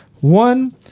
one